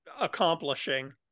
accomplishing